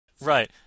Right